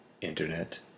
Internet